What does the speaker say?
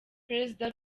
perezida